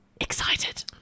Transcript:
excited